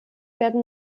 werden